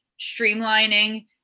streamlining